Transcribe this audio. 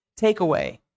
takeaway